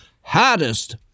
Hardest